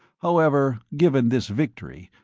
however, given this victory,